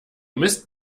mist